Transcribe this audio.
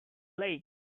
lake